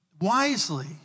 wisely